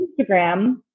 Instagram